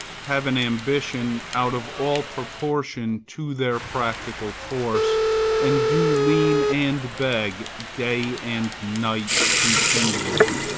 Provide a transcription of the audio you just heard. have an ambition out of all proportion to their practical force and do lean and beg day and night continually.